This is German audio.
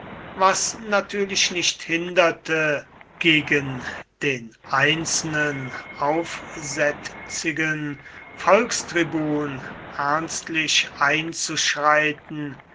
was natürlich nicht hinderte gegen den einzelnen aufsätzigen volkstribun ernstlich einzuschreiten